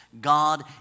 God